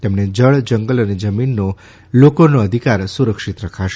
તેમણે જળ જંગલ અને જમીનનો લોકોનો અધિકાર સુરક્ષીત રખાશે